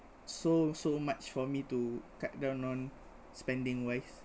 so so much for me to cut down on spending wise